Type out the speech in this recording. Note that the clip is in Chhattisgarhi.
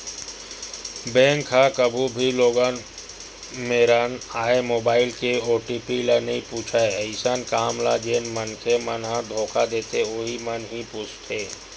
बेंक ह कभू भी लोगन मेरन आए मोबाईल के ओ.टी.पी ल नइ पूछय अइसन काम ल जेन मनखे मन ह धोखा देथे उहीं मन ह ही पूछथे